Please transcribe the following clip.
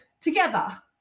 together